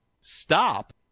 Stop